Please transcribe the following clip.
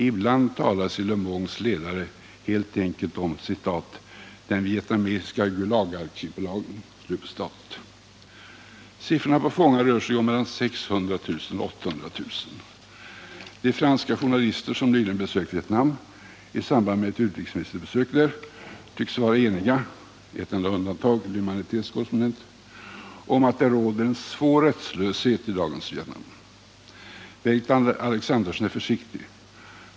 Ibland talas i Le Mondes ledare helt enkelt om ”den vietnamesiska GULAG-arkipelagen”. Siffran på fångar rör sig mellan 600 000 och 800 000. De franska journalister som nyligen besökt Vietnam i samband med ett utrikesministerbesök där tycks vara eniga med ett unuantag—- I Humanités korrespondent — om att det råder svår rättslöshet i dagens Vietnam. Bengt Alexanderson är försiktig.